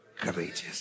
courageous